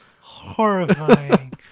horrifying